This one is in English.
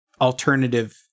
alternative